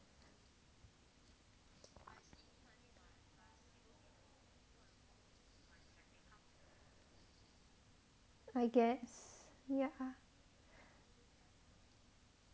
I guess ya